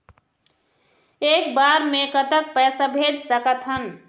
एक बार मे कतक पैसा भेज सकत हन?